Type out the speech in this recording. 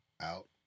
out